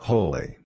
Holy